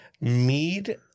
mead